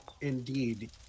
Indeed